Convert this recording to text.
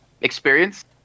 experience